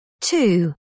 Two